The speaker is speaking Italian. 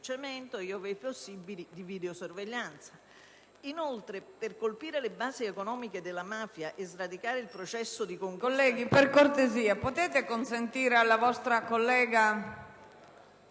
tracciamento e, ove possibile, di videosorveglianza. Inoltre, per colpire le basi economiche della mafia e sradicare il processo di conquista